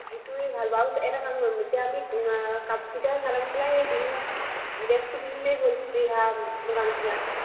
সেইটোৱে ভাল বাৰু এটা কাম কৰিম এতিয়া আমি তেতিয়া চাদৰ মেখেলা এই বিহু নাচ ড্ৰেছটো পিন্ধিলেই হ'ল ৰিহা মুগা মেখেলা